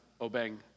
obeying